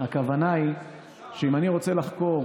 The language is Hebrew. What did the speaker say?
הכוונה היא שאם אני רוצה לחקור